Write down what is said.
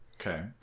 okay